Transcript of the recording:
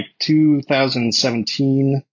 2017